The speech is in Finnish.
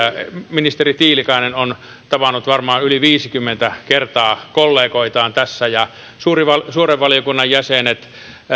ministeri tiilikainen on tavannut varmaan yli viisikymmentä kertaa kollegoitaan tässä ja suuren valiokunnan jäsenet